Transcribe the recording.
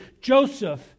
Joseph